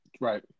Right